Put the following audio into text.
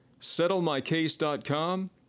SettleMyCase.com